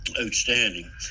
outstanding